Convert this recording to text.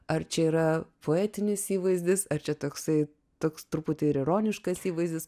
ar čia yra poetinis įvaizdis ar čia toksai toks truputį ir ironiškas įvaizdis